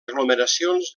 aglomeracions